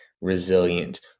resilient